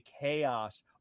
chaos